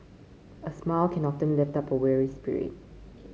a smile can often lift up a weary spirit